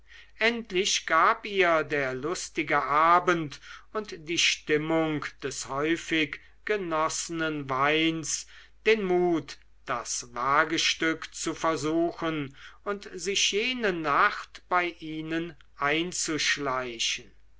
endlich gab ihr der lustige abend und die stimmung des häufig genossenen weins den mut das wagestück zu versuchen und sich jene nacht bei ihnen einzuschleichen